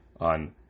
on